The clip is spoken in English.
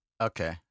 Okay